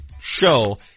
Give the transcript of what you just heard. show